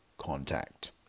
contact